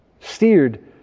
steered